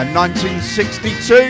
1962